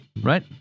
Right